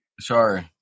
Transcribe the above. Sorry